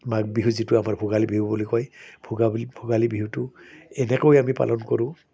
মাঘ বিহু যিটো আমাৰ ভোগালী বিহু বুলি কয় ভোগালী বিহুটো এনেকৈ আমি পালন কৰোঁ